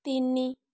ତିନି